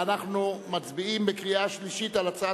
ואנחנו מצביעים בקריאה שלישית על הצעת